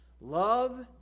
Love